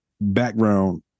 background